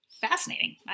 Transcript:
fascinating